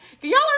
Y'all